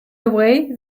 away